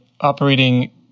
operating